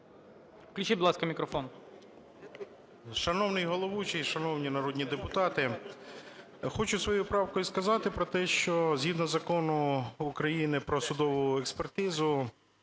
Включіть, будь ласка, мікрофон.